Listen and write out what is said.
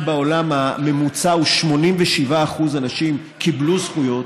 אם בעולם הממוצע הוא ש-87% אנשים קיבלו זכויות,